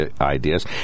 ideas